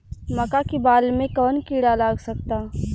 मका के बाल में कवन किड़ा लाग सकता?